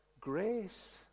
grace